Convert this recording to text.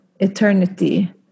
eternity